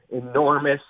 enormous